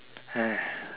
so um